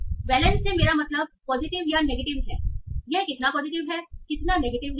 तो वैलेन्स से मेरा मतलब पॉजिटिव या नेगेटिव है यह कितना पॉजिटिव है कितना नेगेटिव है